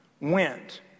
went